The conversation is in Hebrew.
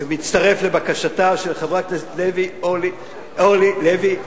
מצטרף לבקשתה של חברת הכנסת אורלי לוי אבקסיס,